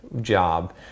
job